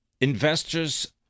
Investors